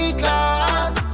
class